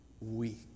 weak